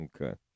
Okay